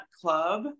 club